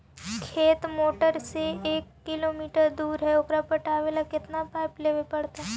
खेत मोटर से एक किलोमीटर दूर है ओकर पटाबे ल केतना पाइप लेबे पड़तै?